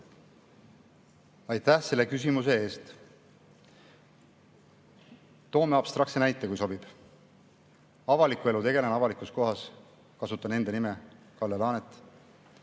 Aitäh selle küsimuse eest! Toon abstraktse näite, kui sobib. Avaliku elu tegelane avalikus kohas, kasutan enda nime – Kalle Laanet